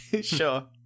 Sure